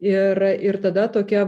ir ir tada tokia